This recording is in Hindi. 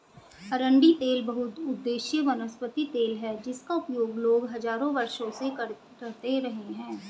अरंडी तेल बहुउद्देशीय वनस्पति तेल है जिसका उपयोग लोग हजारों वर्षों से करते रहे हैं